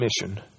mission